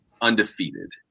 undefeated